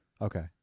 Okay